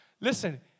listen